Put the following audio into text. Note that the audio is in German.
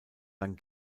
dann